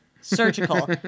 surgical